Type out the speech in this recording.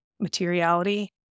materiality